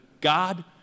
God